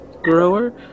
Grower